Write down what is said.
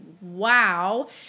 wow